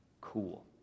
cool